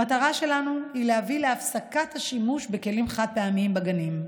היא להביא להפסקת השימוש בכלים חד-פעמיים בגנים,